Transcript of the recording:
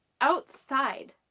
outside